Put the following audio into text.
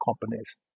companies